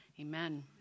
Amen